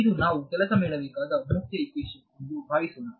ಇದು ನಾವು ಕೆಲಸ ಮಾಡಬೇಕಾದ ಮುಖ್ಯ ಹಿಕ್ವಿಷನ್ ಎಂದು ಭಾವಿಸೋಣ